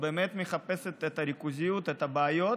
היא באמת מחפשת את הריכוזיות, את הבעיות,